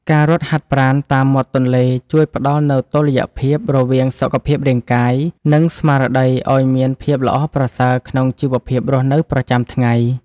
ការរត់ហាត់ប្រាណតាមមាត់ទន្លេជួយផ្ដល់នូវតុល្យភាពរវាងសុខភាពកាយ និង ស្មារតីឱ្យមានភាពល្អប្រសើរក្នុងជីវភាពរស់នៅប្រចាំថ្ងៃ។